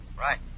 Right